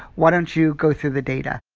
why don't you go through the data?